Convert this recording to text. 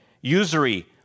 usury